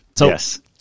Yes